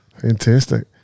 Fantastic